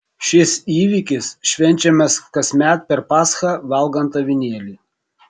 šis įvykis švenčiamas kasmet per paschą valgant avinėlį